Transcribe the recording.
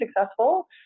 successful